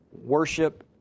worship